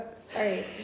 sorry